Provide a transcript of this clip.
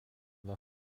war